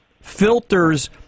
filters